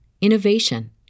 innovation